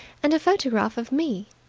and a photograph of me.